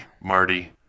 Marty